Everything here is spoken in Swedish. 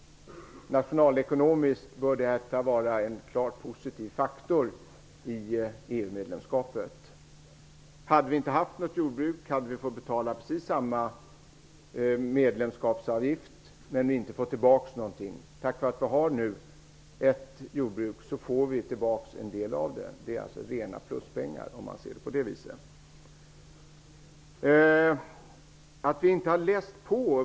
Nationalekonomiskt bör detta vara en klart positiv faktor i EU-medlemskapet. Om vi inte hade haft något jordbruk, skulle vi fått betala precis samma medlemskapsavgift, men inte fått tillbaka någonting. Tack vare att vi har ett jordbruk får vi tillbaka en del. Det är alltså rena pluspengar, om man ser det på det viset.